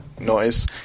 noise